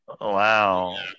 wow